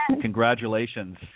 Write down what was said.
congratulations